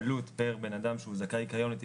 אני כן אגיד שכל הנושאים האלה אלה נושאים שנשמח לבדוק